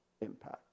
impact